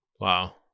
Wow